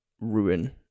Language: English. ruin